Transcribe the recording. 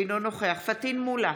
אינו נוכח פטין מולא,